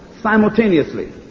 simultaneously